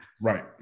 Right